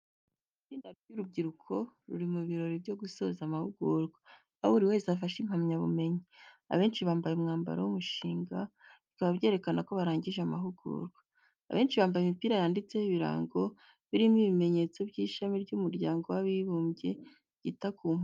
Itsinda ry’urubyiruko ruri mu birori byo gusoza amahugurwa, aho buri wese afashe impamyabumenyi. Abenshi bambaye umwambaro w’umushinga, bikaba byerekana ko barangije amahugurwa. Abenshi bambaye imipira yanditseho ibirango birimo ibimenyetso by'ishami ry’Umuryango w’Abibumbye ryita ku mpunzi.